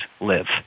live